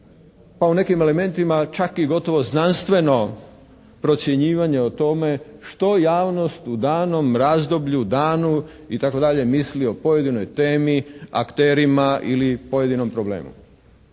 pa u nekim elementima čak i gotovo znanstveno procjenjivanje o tome što javnost u danom razdoblju, danu itd. misli o pojedinoj temi, akterima ili pojedinom problemu.